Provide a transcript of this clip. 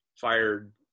fired